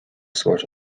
sort